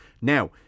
Now